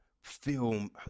film